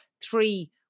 three